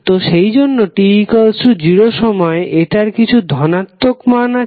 তো সেইজন্য t0 সময়ে এটার কিছু ধনাত্মক মান আছে